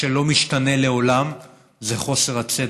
מה שלא משתנה לעולם זה חוסר הצדק,